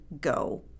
go